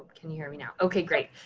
can you hear me now. okay. great.